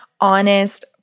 honest